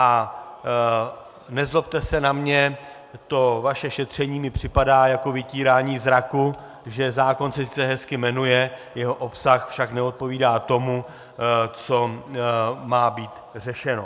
A nezlobte se na mě, to vaše šetření mi připadá jako vytírání zraku, že se zákon sice hezky jmenuje, jeho obsah však neodpovídá tomu, co má být řešeno.